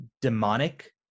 demonic